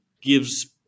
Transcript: gives